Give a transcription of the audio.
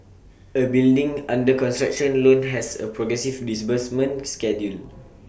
A building under construction loan has A progressive disbursement schedule